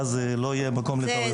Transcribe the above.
ואז לא יהיה מקום לטעויות.